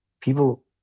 People